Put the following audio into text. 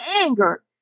anger